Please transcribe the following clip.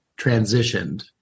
transitioned